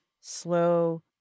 slow